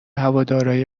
هوادارای